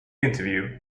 interview